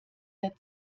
der